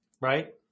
right